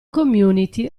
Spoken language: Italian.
community